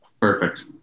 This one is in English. Perfect